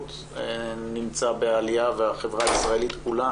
הוודאות בעלייה והחברה הישראלית כולה